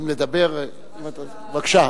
אם לדבר, בבקשה.